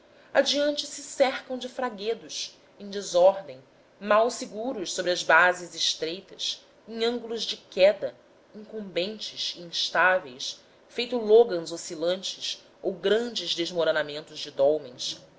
adiante se cercam de fraguedos em desordem mal seguros sobre as bases estreitas em ângulo de queda incumbentes e instáveis feito loggans oscilantes ou grandes desmoronamentos de